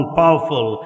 powerful